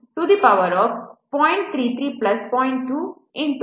2B 1